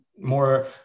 more